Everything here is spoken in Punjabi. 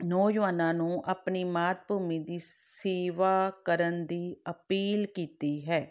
ਨੌਜਵਾਨਾਂ ਨੂੰ ਆਪਣੀ ਮਾਤ ਭੂਮੀ ਦੀ ਸੇਵਾ ਕਰਨ ਦੀ ਅਪੀਲ ਕੀਤੀ ਹੈ